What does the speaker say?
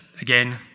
again